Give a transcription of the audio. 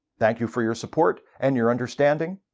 thank you for your support and your understanding,